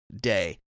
day